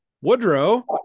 Woodrow